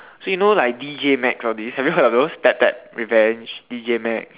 so you know like D_J-max all these have you heard of those tap tap revenge D_J-max